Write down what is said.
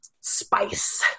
spice